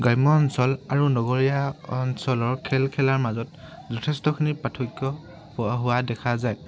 গ্ৰাম্য অঞ্চল আৰু নগৰীয়া অঞ্চলৰ খেল খেলাৰ মাজত যথেষ্টখিনি পাৰ্থক্য হোৱা দেখা যায়